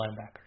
linebackers